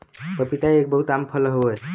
पपीता एक बहुत आम फल हौ